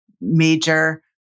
major